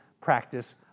practice